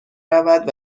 رود